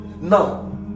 Now